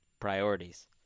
priorities